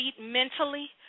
mentally